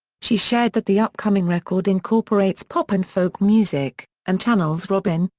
she shared that the upcoming record incorporates pop and folk music, and channels robyn,